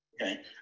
okay